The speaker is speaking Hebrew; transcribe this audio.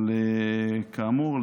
אבל כאמור,